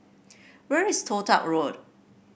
where is Toh Tuck Road